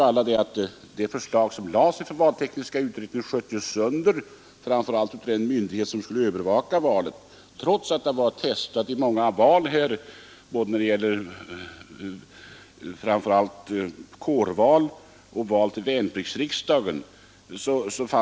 Alla vet att det förslag som valtekniska utredningen lade fram sköts sönder, särskilt av den myndighet som skall övervaka valet, trots att systemet testats i många val, framför allt i kårval och i val till värnpliktsriksdagen.